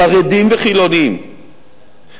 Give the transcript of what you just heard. חרדים וחילונים,